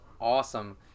awesome